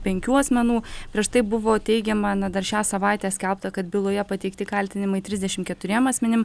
penkių asmenų prieš tai buvo teigiama kad dar šią savaitę skelbta kad byloje pateikti kaltinimai trisdešimt keturiem asmenim